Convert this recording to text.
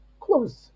close